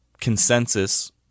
consensus